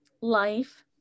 life